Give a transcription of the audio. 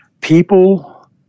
people